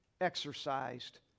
exercised